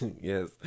Yes